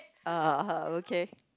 uh ha okay